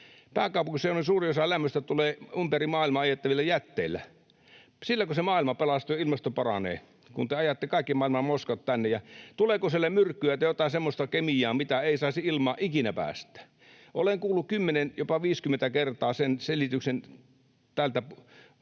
pääkaupunkiseudun lämmöstä tulee ympäri maailmaa ajettavilla jätteillä. Silläkö se maailma pelastuu ja ilmasto paranee, kun te ajatte kaikki maailman moskat tänne? Ja tuleeko siellä myrkkyä tai jotakin semmoista kemiaa, mitä ei saisi ilmaan ikinä päästää? Olen kuullut kymmenen, jopa 50, kertaa sen selityksen täältä kaupungin